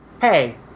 hey